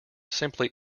simply